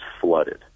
flooded